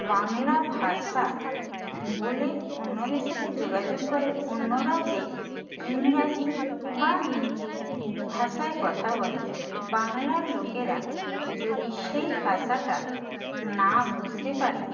বাংলা ভাষা বলে অন্যদের সাথে যোগাযোগ করে অন্যরা যে ইংরেজি বা হিন্দি ভাষায় কথা বলে বাংলার লোকেরা যদি সেই ভাষাটা না বুঝতে পারে